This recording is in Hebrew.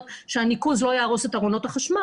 שהניקוז לא יהרוס את ארונות החשמל,